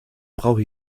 brauche